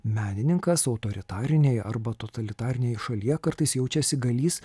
menininkas autoritarinėje arba totalitarinėje šalyje kartais jaučiasi galįs